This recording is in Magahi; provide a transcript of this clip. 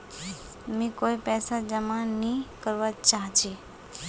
मी कोय पैसा जमा नि करवा चाहची